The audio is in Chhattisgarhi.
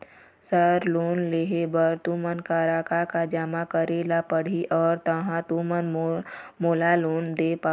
सर लोन लेहे बर तुमन करा का का जमा करें ला पड़ही तहाँ तुमन मोला लोन दे पाहुं?